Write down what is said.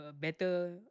better